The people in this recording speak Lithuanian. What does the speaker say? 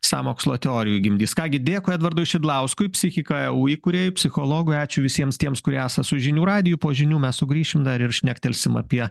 sąmokslo teorijų gimdys ką gi dėkui edvardui šidlauskui psichika e u įkūrėjui psichologui ačiū visiems tiems kurie esat su žinių radiju po žinių mes sugrįšim dar ir šnektelsim apie